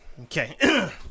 Okay